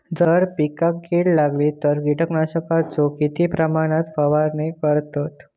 जर पिकांका कीड लागली तर कीटकनाशकाचो किती प्रमाणावर फवारणी करतत?